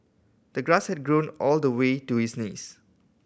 the grass had grown all the way to his knees